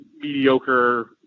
mediocre